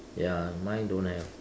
ya mine don't have